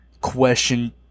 question